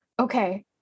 okay